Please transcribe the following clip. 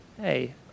hey